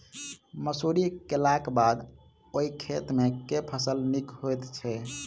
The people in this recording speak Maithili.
मसूरी केलाक बाद ओई खेत मे केँ फसल नीक होइत छै?